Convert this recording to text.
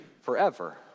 forever